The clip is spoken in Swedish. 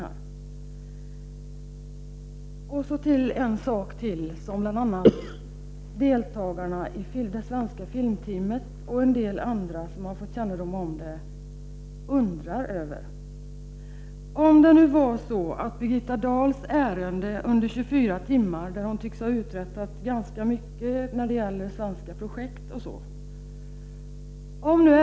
Till sist vill jag ta upp en sak som deltagarna i det svenska filmteamet och en del andra som har fått kännedom om det undrar över. Birgitta Dahl tycks ha uträttat ganska mycket när det gäller svenska projekt under sitt besök på 24 timmar.